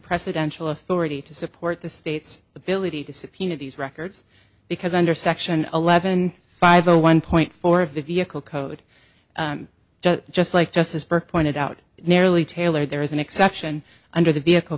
presidential authority to support the state's ability to subpoena these records because under section eleven five zero one point four of the vehicle code just like justice burke pointed out nearly tailored there is an exception under the vehicle